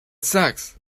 sex